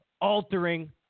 altering